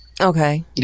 Okay